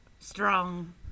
Strong